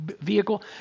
vehicle